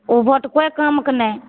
उ वोट कोइ कामके नहि